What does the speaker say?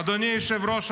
אדוני היושב-ראש,